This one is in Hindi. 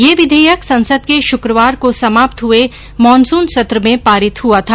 यह विधेयक संसद के शुक्रवार को समाप्त हुए मॉनसून सत्र में पारित हुआ था